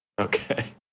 Okay